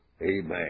Amen